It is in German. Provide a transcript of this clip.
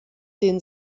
den